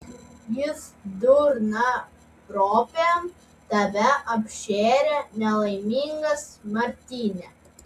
jis durnaropėm tave apšėrė nelaimingas martyne